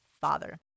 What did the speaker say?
father